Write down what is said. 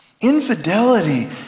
Infidelity